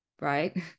right